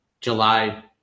July